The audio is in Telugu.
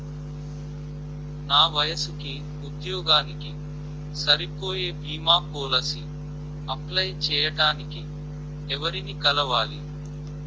నా వయసుకి, ఉద్యోగానికి సరిపోయే భీమా పోలసీ అప్లయ్ చేయటానికి ఎవరిని కలవాలి?